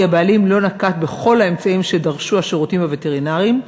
הבעלים לא נקט את כל האמצעים שדרשו השירותים הווטרינריים,